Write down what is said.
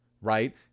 right